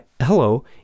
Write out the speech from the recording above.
hello